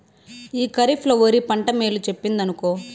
ఈ కరీఫ్ ల ఒరి పంట మేలు చెప్పిందినుకో